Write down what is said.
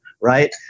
right